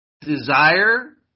desire